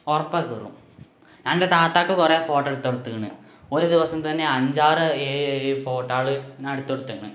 ഉറപ്പാണ് കയറും ഞാനെൻ്റെ താത്താക്ക് കുറേ ഫോട്ടോ എടുത്ത് കൊടുത്ത്ക്കണ് ഒരു ദിവസം തന്നെ അഞ്ചാറ് ഏഴ് ഫോട്ടോകള് ഞാനെടുത്ത് കൊടുത്തെക്കണ്